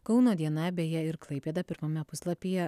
kauno diena beje ir klaipėda pirmame puslapyje